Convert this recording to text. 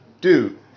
dude